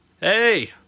hey